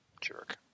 jerk